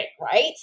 right